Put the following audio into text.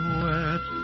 wet